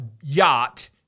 yacht